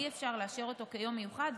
אי-אפשר לאשר אותו כיום מיוחד.